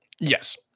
yes